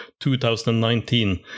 2019